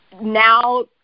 Now